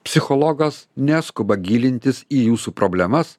psichologas neskuba gilintis į jūsų problemas